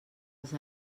els